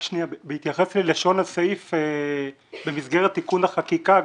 בהתייחס ללשון הסעיף במסגרת תיקון החקיקה,